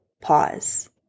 pause